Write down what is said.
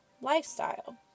lifestyle